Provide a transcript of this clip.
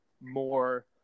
more